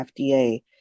FDA